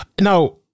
Now